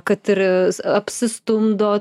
kad ir apsistumdot